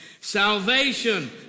salvation